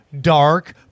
dark